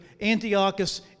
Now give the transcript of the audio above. Antiochus